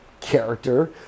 Character